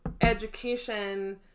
education